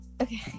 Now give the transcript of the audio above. Okay